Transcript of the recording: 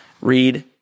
read